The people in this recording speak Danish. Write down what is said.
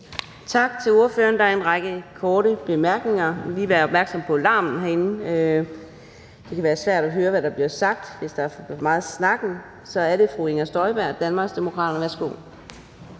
Tak til ordføreren. Der er en række korte bemærkninger. Vi skal lige være opmærksom på larmen herinde. Det kan være svært at høre, hvad der bliver sagt, hvis der er for meget snak. Så er det fru Inger Støjberg, Danmarksdemokraterne. Værsgo.